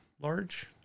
large